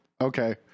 Okay